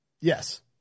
Yes